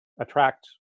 attract